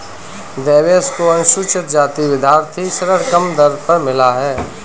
देवेश को अनुसूचित जाति विद्यार्थी ऋण कम दर पर मिला है